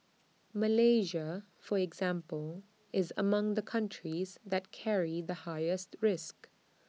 Malaysia for example is among the countries that carry the highest risk